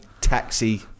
taxi